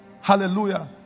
Hallelujah